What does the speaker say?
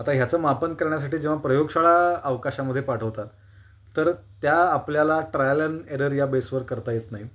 आता ह्याचं मापन करण्यासाठी जेव्हा प्रयोगशाळा अवकाशामध्ये पाठवतात तर त्या आपल्याला ट्रायल अँड एरर या बेसवर करता येत नाहीत